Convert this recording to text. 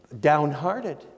downhearted